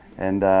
and,